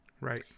Right